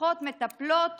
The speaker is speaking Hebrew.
מחנכות מטפלות